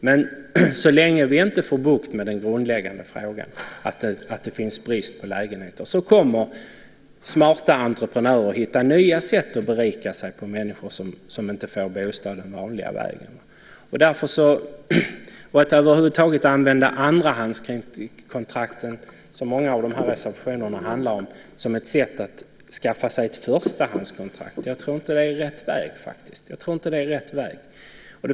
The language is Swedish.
Men så länge vi inte får bukt med den grundläggande frågan - att det är brist på lägenheter - kommer smarta entreprenörer att hitta nya sätt att berika sig på människor som inte får en bostad den vanliga vägen. Att över huvud taget använda andrahandskontrakt, som många av reservationerna handlar om, som ett sätt att skaffa sig ett förstahandskontrakt tror jag inte är rätt väg.